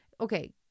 Okay